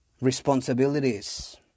responsibilities